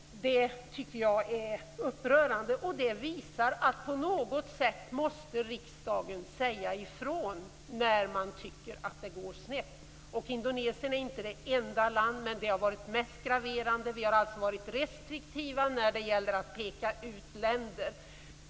Det tycker jag är upprörande. Detta visar att riksdagen på något sätt måste säga ifrån när man tycker att det går snett. Indonesien är inte det enda landet. Men det har varit mest graverande. Vi har varit restriktiva när det gällt att peka ut länder.